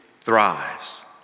thrives